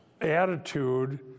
attitude